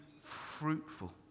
fruitful